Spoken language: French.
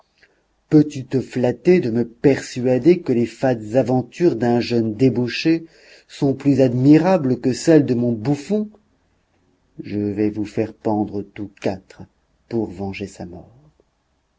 peux-tu te flatter de me persuader que les fades aventures d'un jeune débauché sont plus admirables que celles de mon bouffon je vais vous faire pendre tous quatre pour venger sa mort